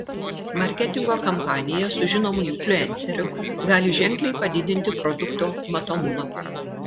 marketingo kampanija su žinomu influenceriu gali ženkliai padidinti produkto matomumą